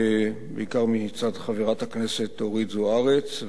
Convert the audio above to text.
בעיקר מצד חברת הכנסת אורית זוארץ.